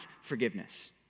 forgiveness